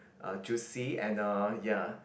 uh juicy and uh ya